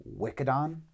Wickedon